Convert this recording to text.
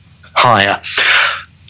higher